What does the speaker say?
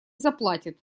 заплатит